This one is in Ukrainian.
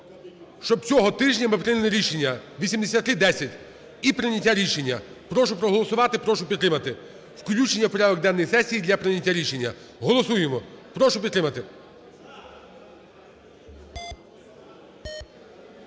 Щоб цього тижня ми прийняли рішення. 8310. І прийняття рішення. Прошу проголосувати. Прошу підтримати. Включення в порядок денний сесії для прийняття рішення. Голосуємо. Прошу підтримати.